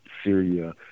Syria